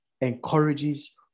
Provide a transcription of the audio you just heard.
encourages